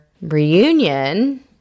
reunion